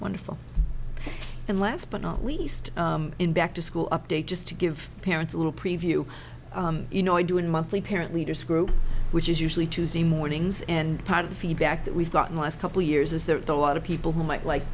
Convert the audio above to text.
wonderful and last but not least in back to school update just to give parents a little preview you know i do and monthly parent leaders group which is usually tuesday mornings and part of the feedback that we've gotten last couple years is that a lot of people might like